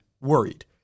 worried